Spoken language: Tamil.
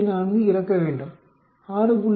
4 இறக்கவேண்டும் 6